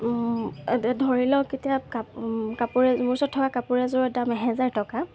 ধৰি লওক এতিয়া কাপোৰ মোৰ ওচৰত থকা কাপোৰ এযোৰৰ দাম এহেজাৰ টকা